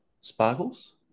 Sparkles